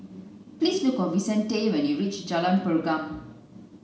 please look for Vicente when you reach Jalan Pergam